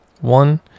One